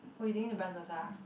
oh you taking to Bras-Basah